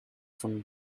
from